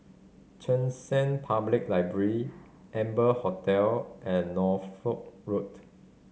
Cheng San Public Library Amber Hotel and Norfolk Road